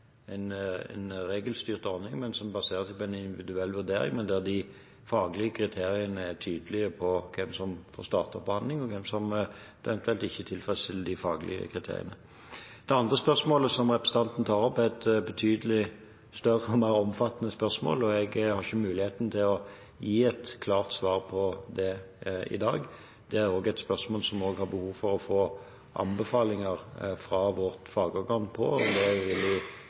regelstyrt ordning som baserer seg på en individuell vurdering, men der de faglige kriteriene er tydelig på hvem som får starte behandling, og hvem som eventuelt ikke tilfredsstiller de faglige kriteriene. Det andre spørsmålet som representanten tar opp, er et betydelig større og mer omfattende spørsmål. Jeg har ikke mulighet til å gi et klart svar på det i dag. Det er et spørsmål hvor vi har behov for å få anbefalinger fra vårt fagorgan, og det vil